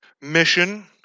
mission